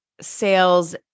sales